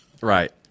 right